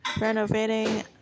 renovating